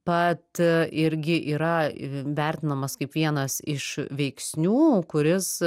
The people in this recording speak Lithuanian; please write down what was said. pat irgi yra vertinamas kaip vienas iš veiksnių kuris